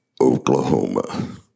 Oklahoma